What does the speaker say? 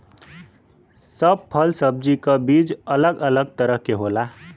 सब फल सब्जी क बीज अलग अलग तरह क होला